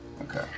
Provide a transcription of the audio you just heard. Okay